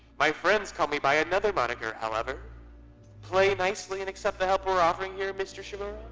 my friends call me by another moniker, however play nicely and accept the help we're offering here, mr. shimura.